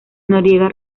noriega